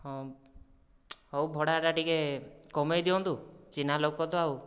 ହଁ ହେଉ ଭଡ଼ାଟା ଟିକିଏ କମେଇ ଦିଅନ୍ତୁ ଚିହ୍ନା ଲୋକ ତ ଆଉ